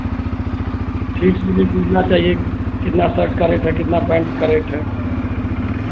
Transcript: ठीक है मुझे पूछना चाहिए कितना शर्ट का रेट है कितना पैंट का रेट है